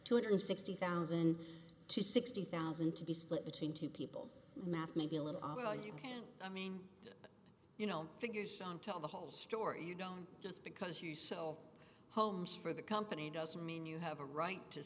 two hundred sixty thousand to sixty thousand to be split between two people math maybe a little although you can't i mean you know figures on tell the whole story you don't just because you sell homes for the company doesn't mean you have a right to